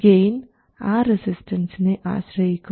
gain ആ റസിസ്റ്റൻസിനെ ആശ്രയിക്കും